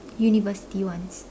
university ones